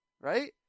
Right